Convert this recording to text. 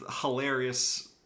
hilarious